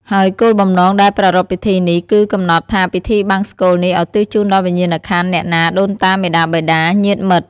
ហើយគោលបំណងដែលប្រារព្វពិធីនេះ គឺ កំណត់ថាពិធីបង្សុកូលនេះឧទ្ទិសជូនដល់វិញ្ញាណក្ខន្ធអ្នកណា ដូនតា មាតាបិតា ញាតិមិត្ត។